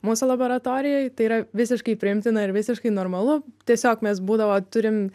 mūsų laboratorijoj tai yra visiškai priimtina ir visiškai normalu tiesiog mes būdavo turim